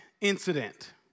incident